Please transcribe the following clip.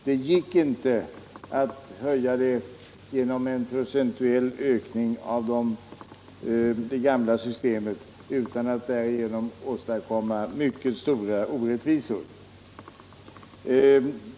Det gick inte att höja det genom en procentuell ökning av det gamla systemet utan att därigenom åstadkomma mycket stora orättvisor.